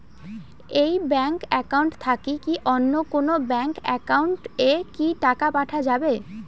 এই bank account থাকি কি অন্য কোনো ব্যাংক একাউন্ট এ কি টাকা পাঠা যাবে?